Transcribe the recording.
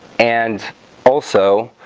and also